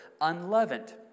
Unleavened